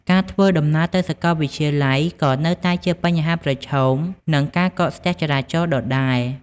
ការធ្វើដំណើរទៅសាកលវិទ្យាល័យក៏នៅតែជាបញ្ហាប្រឈមនឹងការកកស្ទះចរាចរណ៍ដដែល។